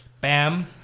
Bam